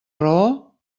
raó